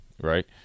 right